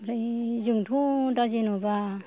ओमफ्राय जोंथ' दा जेनेबा